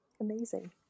Amazing